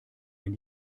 wenn